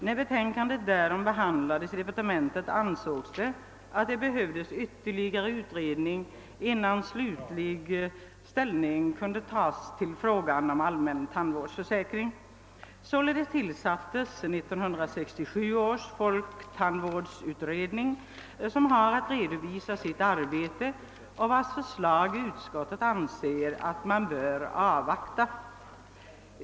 När betänkandet härom behandlades i departementet, ansågs det att det behövdes ytterligare utredning innan slutlig ställning kunde tas i frågan om allmän tandvårdsförsäkring. Därför tillsattes 1967 års folktandvårdsutredning, som har att redovisa sitt arbete och vars förslag utskottet anser att man bör avvakta.